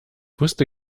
wusste